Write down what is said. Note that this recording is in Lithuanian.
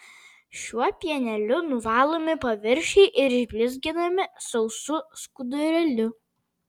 šiuo pieneliu nuvalomi paviršiai ir išblizginami sausu skudurėliu